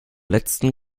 letzten